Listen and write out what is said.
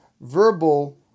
verbal